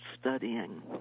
studying